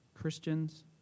Christians